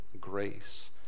grace